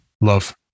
Love